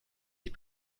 des